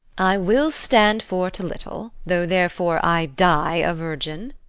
i will stand for t a little, though therefore i die a virgin.